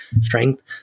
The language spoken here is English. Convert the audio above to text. strength